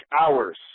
hours